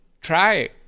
try